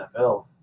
NFL